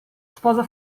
sposa